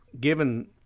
given